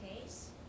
case